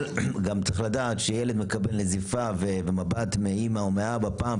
אבל גם צריך לדעת שכשילד מקבל נזיפה או מבט מאימא או מאבא פעם,